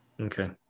Okay